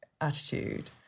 attitude